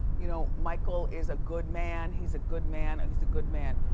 you know, michael is a good man, he's a good man, and he's a good man.